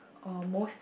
or most